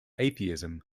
atheism